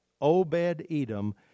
Obed-Edom